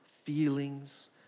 Feelings